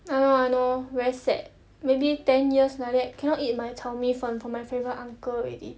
!hannor! !hannor! very sad maybe ten years like that cannot eat my 炒米粉 from my favourite uncle already